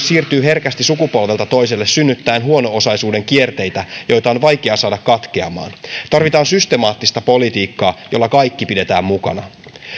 siirtyy herkästi sukupolvelta toiselle synnyttäen huono osaisuuden kierteitä joita on vaikea saada katkeamaan tarvitaan systemaattista politiikkaa jolla kaikki pidetään mukana